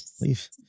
Leave